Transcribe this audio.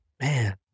Man